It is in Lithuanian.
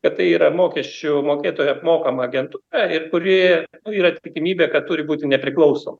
kad tai yra mokesčių mokėtojų apmokama agentūra ir kuri yra tikimybė kad turi būti nepriklausoma